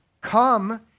come